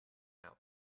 out